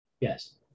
Yes